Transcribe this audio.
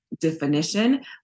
definition